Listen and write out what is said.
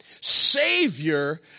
Savior